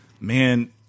man